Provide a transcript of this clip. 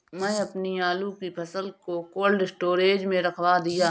मैंने अपनी आलू की फसल को कोल्ड स्टोरेज में रखवा दिया